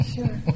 Sure